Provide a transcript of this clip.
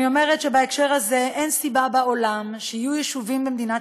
אני אומרת שבהקשר הזה אין סיבה בעולם שיהיו יישובים במדינת